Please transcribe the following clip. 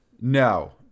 No